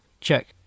check